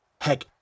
Heck